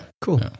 Cool